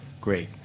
Great